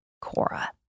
Cora